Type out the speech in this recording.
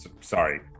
sorry